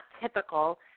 typical